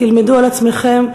תלמדו על עצמכם,